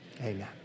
amen